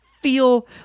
feel